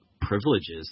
privileges